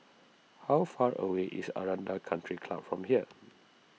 how far away is Aranda Country Club from here